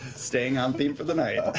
staying on theme for the night.